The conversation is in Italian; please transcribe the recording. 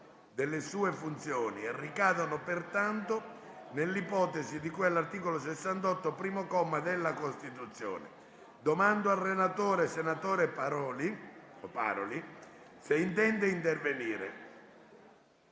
delle sue funzioni e ricadono pertanto nell'ipotesi di cui all'articolo 68, primo comma, della Costituzione. Chiedo al relatore, senatore Balboni, se intende intervenire.